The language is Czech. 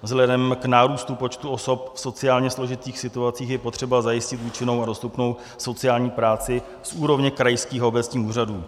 Vzhledem k nárůstu počtu osob v sociálně složitých situacích je potřeba zajistit účinnou a dostupnou sociální práci z úrovně krajských obecních úřadů.